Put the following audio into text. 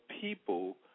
people